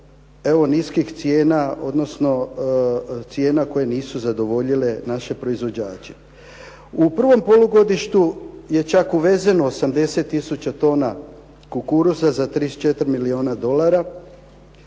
niskih cijena, odnosno cijena koje nisu zadovoljile naše proizvođače. U prvom polugodištu je čak uvezeno 80 tisuća tona kukuruza za 34 milijuna dolara,